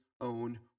own